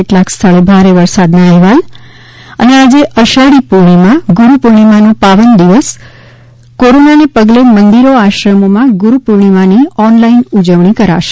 કેટલાક સ્થળે ભારે વરસાદના અહેવાલ ત આજે અષાઢી પૂર્ણિમા ગુરૂ પૂર્ણિમાનો પાવન દિવસ કોરોનાને પગલે મંદિરો આશ્રમોમાં ગુરૂ પૂર્ણિમાની ઓનલાઇન ઉજવણી કરાશે